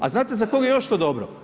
A znate za koga je još to dobro?